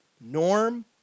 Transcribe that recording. Norm